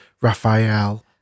Raphael